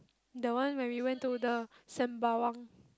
the one when we went to the Sembawang